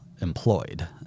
employed